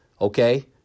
okay